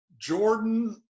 jordan